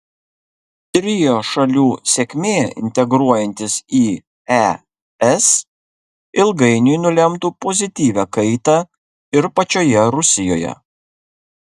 trio šalių sėkmė integruojantis į es ilgainiui nulemtų pozityvią kaitą ir pačioje rusijoje